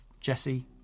Jesse